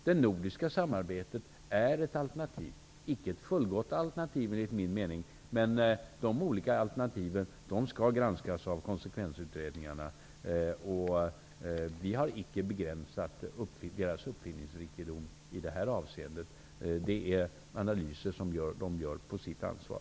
Det nordiska samarbetet är ett alternativ, men inte ett fullgott alternativ enligt min mening. De olika alternativen skall granskas av konsekvensutredningarna. Vi har inte satt några gränser för deras uppfinningsrikedom i det här avseendet. Det är analyser som de gör på sitt ansvar.